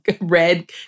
red